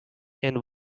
and